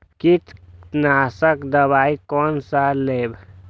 कीट नाशक दवाई कोन सा लेब?